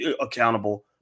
accountable